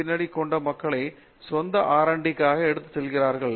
D பின்னணி கொண்ட மக்கள் தங்கள் சொந்த ஆர் டி R D க்காக அவர் எடுத்துக் கொள்கிறார்